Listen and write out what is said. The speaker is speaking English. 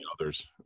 others